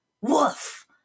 woof